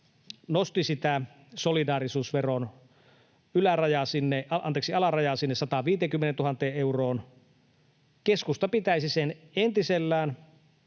nosti solidaarisuusveron alarajaa sinne 150 000 euroon. Keskusta pitäisi sen entisellään,